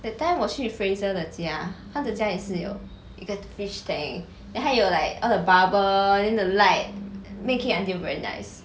that time 我去 fraser 的家他的家也是有一个 fish tank then 他有 like bubble then the light make it until very nice